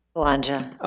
belongia?